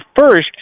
first